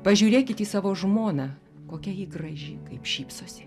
pažiūrėkit į savo žmoną kokia ji graži kaip šypsosi